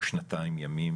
שנתיים ימים